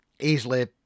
easily